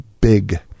big